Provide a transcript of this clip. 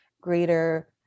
greater